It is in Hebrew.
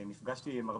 נפגשתי עם הרבה,